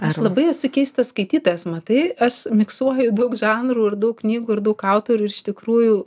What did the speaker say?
aš labai esu keistas skaitytojas matai aš miksuoju daug žanrų ir daug knygų ir daug autorių ir iš tikrųjų